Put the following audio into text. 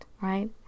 right